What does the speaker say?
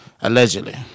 allegedly